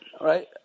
Right